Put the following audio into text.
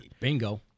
Bingo